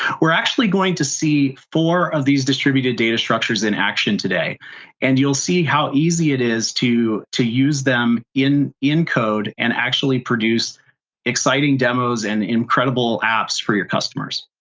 we're actually going to see four of these distributed data structures in action today and you'll see how easy it is to to use them in in-code and actually produce exciting demos and incredible apps for your customers.